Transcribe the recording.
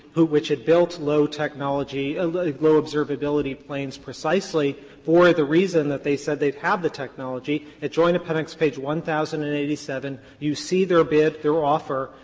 who which had built low-technology ah like low-observability planes precisely for the reason that they said they had the technology. at joint appendix page one thousand and eighty seven, you see their bid, their offer,